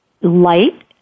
light